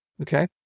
Okay